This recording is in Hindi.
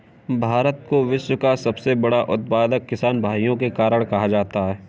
भारत को विश्व का सबसे बड़ा उत्पादक किसान भाइयों के कारण कहा जाता है